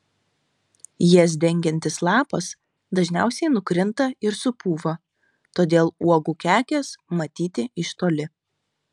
jas dengiantis lapas dažniausiai nukrinta ir supūva todėl uogų kekės matyti iš toli